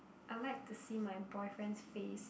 I like to see my boyfriend's face